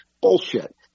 Bullshit